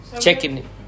checking